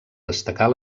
destacar